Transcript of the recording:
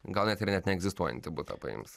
gal net ir net neegzistuojantį butą paims